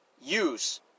use